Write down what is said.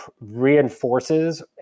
reinforces